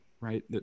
right